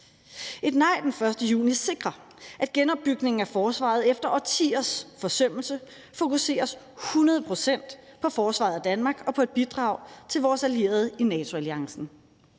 Et nej den 1. juni sikrer, at genopbygningen af forsvaret efter årtiers forsømmelse fokuseres hundrede procent på forsvaret af Danmark og på et bidrag til vores allierede i NATO-alliancen.